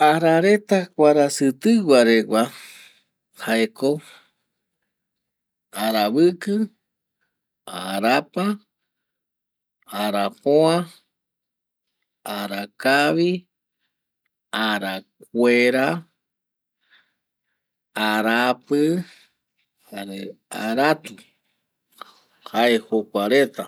Arareta guarasitigua reta jaeko ara viki, arapa, arapoa, arakavi, arakuera jare aratu jae jokua reta.